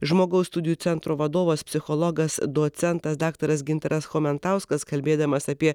žmogaus studijų centro vadovas psichologas docentas daktaras gintaras chomentauskas kalbėdamas apie